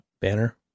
banner